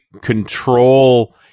control